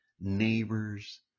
neighbors